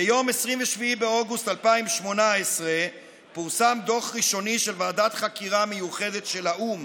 ביום 27 באוגוסט 2018 פורסם דוח ראשוני של ועדת חקירה מיוחדת של האו"ם